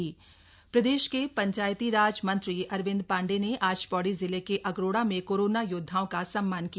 corona योद्वा सम्मान प्रदेश के पंचायतीराज मंत्री अरविंद पाण्डेय ने आज पौड़ी जिले के अगरोड़ा में कोरोना योद्वाओं का सम्मान किया